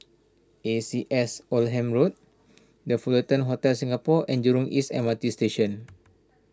A C S Oldham the Fullerton Hotel Singapore and Jurong East M R T Station